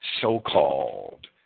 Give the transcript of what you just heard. so-called